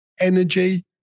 Energy